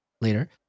later